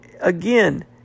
again